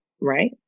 right